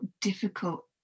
difficult